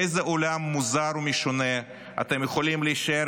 באיזה עולם מוזר ומשונה אתם יכולים להישאר